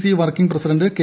C working president K